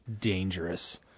dangerous